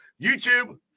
YouTube